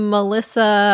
Melissa